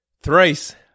thrice